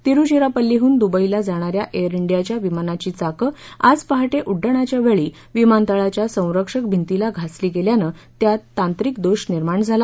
तिरुचिरापल्लीहून दुबईला जाणा या एयर डियाच्या विमानाची चाक आज पहाटे उड्डाणाच्या वेळी विमानतळाच्या संरक्षक भिंतीला घासली गेल्यानं त्यात तांत्रिक दोष निर्माण झाला